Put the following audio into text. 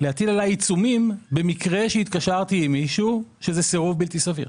להטיל עלי עיצומים במקרה שהתקשרתי עם מישהו שזה סירוב בלתי סביר,